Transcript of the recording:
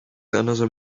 another